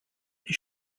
die